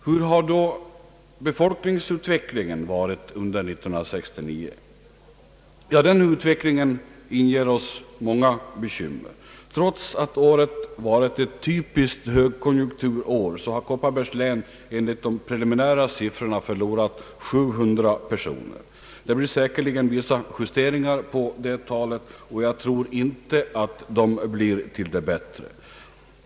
Hur har då befolkningsutvecklingen varit under 1969? Den inger oss många bekymmer. Trots att året varit ett typiskt högkonjunkturår har Kopparbergs län enligt de preliminära siffrorna förlorat 700 personer. Det blir säkert vissa justeringar av denna siffra, men jag tror inte att de blir till det bättre.